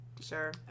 sure